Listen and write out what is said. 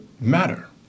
matter